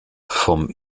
vom